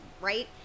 right